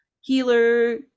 healer